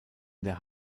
der